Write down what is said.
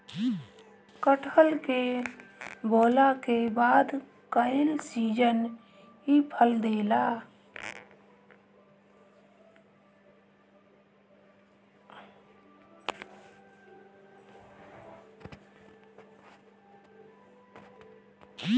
कटहल के बोअला के बाद कई सीजन इ फल देला